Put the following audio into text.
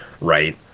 right